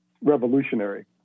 revolutionary